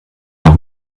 noch